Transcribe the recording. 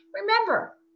Remember